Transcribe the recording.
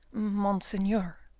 monseigneur,